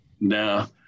Now